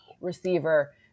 receiver